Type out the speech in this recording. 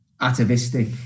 atavistic